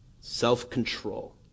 self-control